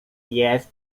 jest